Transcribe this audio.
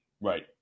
right